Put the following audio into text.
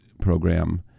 program